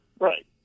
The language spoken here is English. Right